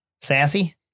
Sassy